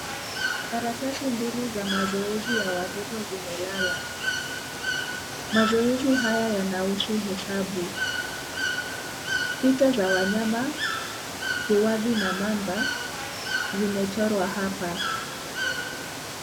Karatasi mbili za mazoezi ya watoto zimelala. Mazoezi haya yanahusu hesabu. Picha za wanyama ,viwavi na mamba zimechorwa hapa.